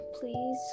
please